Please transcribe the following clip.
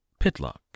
Pitlock